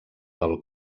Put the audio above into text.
del